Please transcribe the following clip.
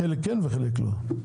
חלק כן וחלק לא,